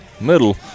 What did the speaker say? middle